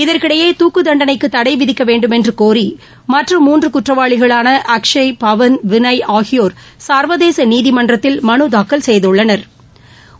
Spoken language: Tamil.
இதற்கிடையே துக்கு தண்டனைக்கு தடைவிதிக்க வேண்டுமென்று கோரி மற்ற மூன்று குற்றவாளிகளான அக்ஷய் பவன் வினய் ஆகியோர் சா்வதேச நீதிமன்றத்தில் மனு தாக்கல் செய்துள்ளனா்